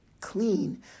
clean